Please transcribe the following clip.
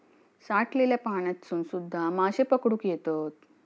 साठलल्या पाण्यातसून सुध्दा माशे पकडुक येतत